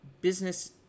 Business